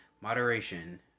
moderation